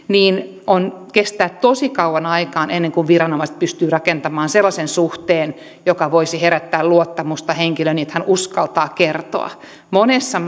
niin kestää tosi kauan aikaa että viranomaiset pystyvät rakentamaan sellaisen suhteen joka voisi herättää luottamusta niin että uskaltaa kertoa monessa